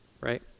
right